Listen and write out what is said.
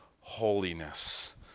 holiness